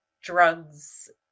drugs